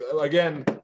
again